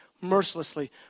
mercilessly